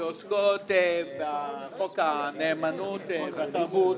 שעוסקות בחוק הנאמנות בתרבות,